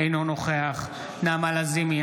אינו נוכח נעמה לזימי,